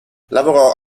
lavorò